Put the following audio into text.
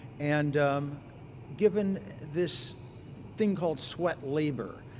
and given this thing called sweat labor,